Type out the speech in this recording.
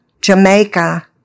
Jamaica